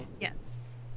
Yes